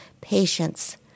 patience